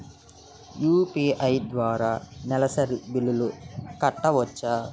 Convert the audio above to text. UPI ద్వారా నెలసరి బిల్లులు కట్టవచ్చా?